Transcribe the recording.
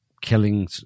killing